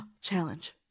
Challenge